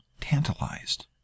Tantalized